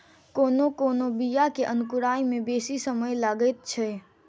कोनो कोनो बीया के अंकुराय मे बेसी समय लगैत छै